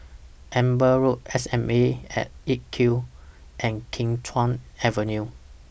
Amber Road SAM At eight Q and Kim Chuan Avenue